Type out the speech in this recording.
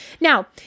Now